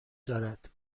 دارد